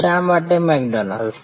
શા માટે મેકડોનાલ્ડ્સ